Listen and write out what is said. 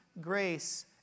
grace